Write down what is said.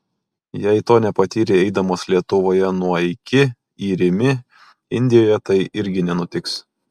jei to nepatyrei eidamas lietuvoje nuo iki į rimi indijoje tai irgi nenutiks